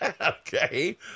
Okay